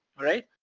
alright?